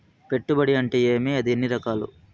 పెట్టుబడి అంటే ఏమి అది ఎన్ని రకాలు